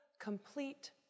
complete